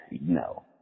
no